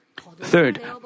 Third